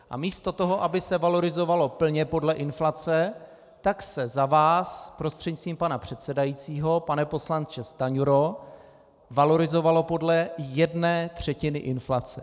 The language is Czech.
A místo toho, aby se valorizovalo plně podle inflace, tak se za vás, prostřednictvím pana předsedajícího pane poslanče Stanjuro, valorizovalo podle jedné třetiny inflace.